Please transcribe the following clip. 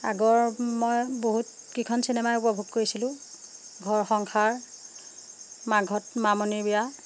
আগৰ মই বহুতকেইখন চিনেমাই উপভোগ কৰিছিলো ঘৰ সংসাৰ মাঘত মামনিৰ বিয়া